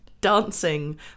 dancing